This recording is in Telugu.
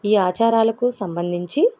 ఈ ఆచారాలకు సంబంధించి